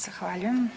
Zahvaljujem.